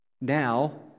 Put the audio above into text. now